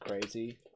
crazy